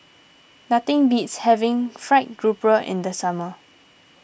nothing beats having Fried Grouper in the summer